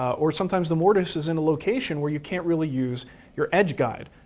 or sometimes the mortise is in a location where you can't really use your edge guide.